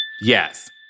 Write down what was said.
Yes